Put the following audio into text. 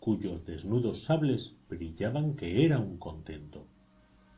cuyos desnudos sables brillaban que era un contento